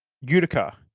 Utica